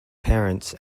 parents